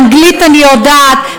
אנגלית אני יודעת,